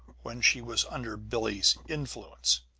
when she was under billie's influence.